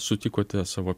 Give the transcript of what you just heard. sutikote savo